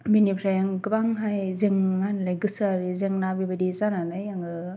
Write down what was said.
बिनिफ्राय आं गोबांहाय जें मा होनोमोनलाय गोसोआरि जेंना बेबायदि जानानै आङो